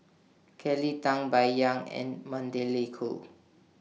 Kelly Tang Bai Yan and Magdalene Khoo